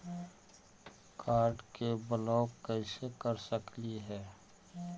Card के block कैसे कर सकली हे?